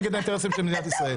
נגד האינטרסים של מדינת ישראל.